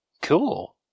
cool